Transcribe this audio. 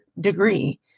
degree